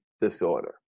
disorder